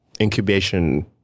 incubation